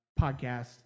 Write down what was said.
podcast